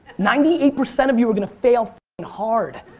ninety eight percent of you are going to fail and hard.